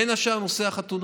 בין השאר בנושא החתונות.